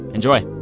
enjoy